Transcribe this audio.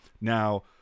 Now